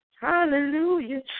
Hallelujah